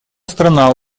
страна